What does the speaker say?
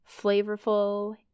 flavorful